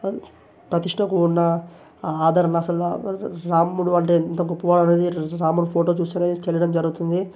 ప్రతిష్టకు ఉన్న ఆదరణ అసలు రాముడు అంటే ఎంత గొప్పవాడనేది రాముడు ఫోటో చూస్తేనే తెలియడం జరుగుతుంది